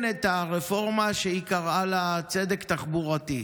את הרפורמה שהיא קראה לה "צדק תחבורתי",